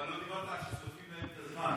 אבל לא אמרת ששורפים להם את הזמן.